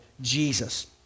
Jesus